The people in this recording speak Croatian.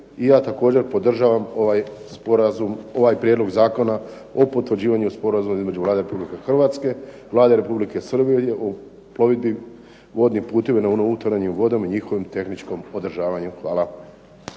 i ja također podržavam ovaj prijedlog zakona o potvrđivanju Sporazuma između Vlade Republike Hrvatske i Vlade Republike Srbije o plovidbi vodnim putevima na unutarnjim vodama i njihovom tehničkom održavanju. Hvala.